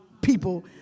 people